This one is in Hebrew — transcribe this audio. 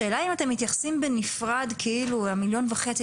השאלה אם אתם מתייחסים בנפרד כאילו המיליון וחצי,